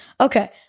Okay